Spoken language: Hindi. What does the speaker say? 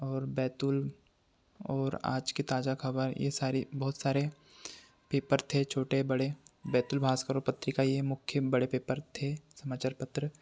और बैतूल और आज के ताज़ा ख़बर ये सारी बहुत सारे पेपर थे छोटे बड़े बैतूल भास्कर और पत्रिकाएँ मुख्य बड़े पेपर थे समाचार पत्र